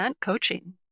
coaching